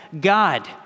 God